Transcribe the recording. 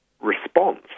response